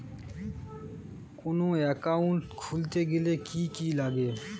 কোন একাউন্ট খুলতে গেলে কি কি লাগে?